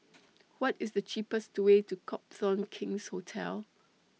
What IS The cheapest Way to Copthorne King's Hotel